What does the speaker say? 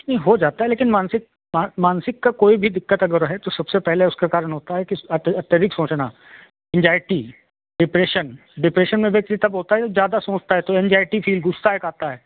नी हो जाता है लेकिन मानसिक मा मानसिक का कोई भी दिक्कत अगर है तो सबसे पहले उसका कारण होता है अ अतिरिक्त सोचना एनजाईटी डिप्रेशन डिप्रेशन में व्यक्ति तब होता है जब ज़्यादा सोचता है यानी एनजाईटी फील गुस्सा एक आता है